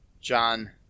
John